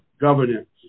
governance